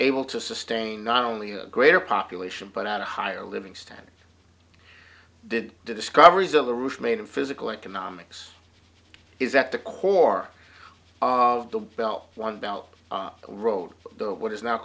able to sustain not only the greater population but out higher living standards did the discoveries of the roof made of physical economics is that the core of the bell one belt road what is no